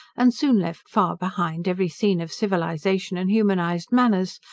and soon left far behind every scene of civilization and humanized manners,